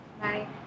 Bye